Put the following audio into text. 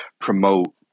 promote